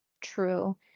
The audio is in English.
true